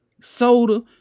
soda